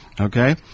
Okay